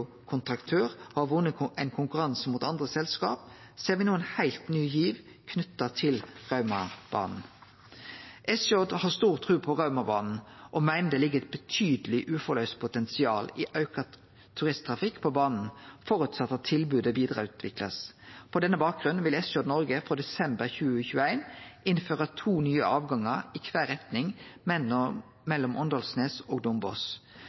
har vunne ein konkurranse mot andre selskap, ser me no ein heilt ny giv knytt til Raumabana. SJ har stor tru på Raumabana og meiner det ligg eit betydeleg uforløyst potensial i auka turisttrafikk på bana, føresett at tilbodet blir vidareutvikla. På denne bakgrunnen vil SJ Norge frå desember 2021 innføre to nye avgangar i kvar retning mellom Åndalsnes og